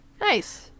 Nice